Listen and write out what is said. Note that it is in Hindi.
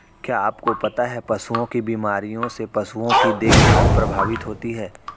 क्या आपको पता है पशुओं की बीमारियों से पशुओं की देखभाल प्रभावित होती है?